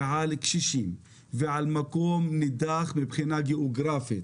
על קשישים ועל מקום נידח מבחינה גיאוגרפית,